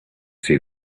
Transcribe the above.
see